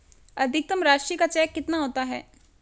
अधिकतम राशि का चेक कितना होता है?